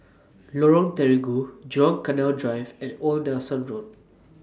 Lorong Terigu Jurong Canal Drive and Old Nelson Road